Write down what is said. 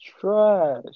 trash